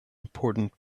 important